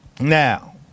Now